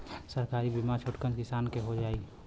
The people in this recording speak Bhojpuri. सरकारी बीमा छोटकन किसान क हो जाई?